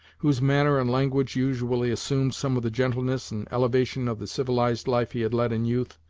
whose manner and language usually assumed some of the gentleness and elevation of the civilized life he had led in youth,